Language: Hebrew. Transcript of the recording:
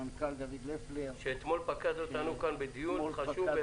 למנכ"ל דוד לפלר --- שאתמול פקד אותנו כאן בדיון חשוב,